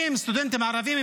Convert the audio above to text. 20 סטודנטים ערבים,